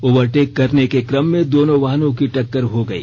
overtake करने के कम में दोनों वाहनों की टक्कर हो गई